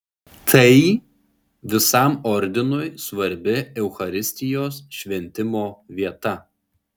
tai visam ordinui svarbi eucharistijos šventimo vieta